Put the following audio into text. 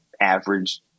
average